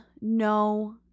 no